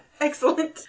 excellent